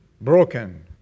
broken